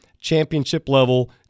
championship-level